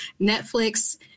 Netflix